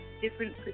Different